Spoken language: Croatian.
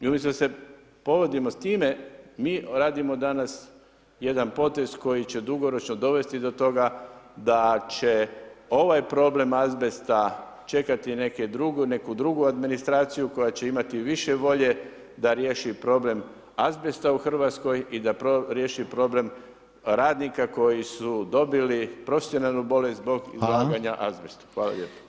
I umjesto da se povodimo s time, mi radimo danas jedan potez koji će dugoročno dovesti do toga da će ovaj problem azbesta čekati neku drugu administraciju koja će imati više volje da riješi problem azbesta u Hrvatskoj i da riješi problem radnika koji su dobili profesionalnu bolest zbog izlaganja azbestu [[Upadica Reiner: Hvala.]] Hvala lijepa.